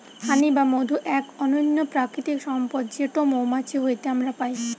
হানি বা মধু এক অনন্য প্রাকৃতিক সম্পদ যেটো মৌমাছি হইতে আমরা পাই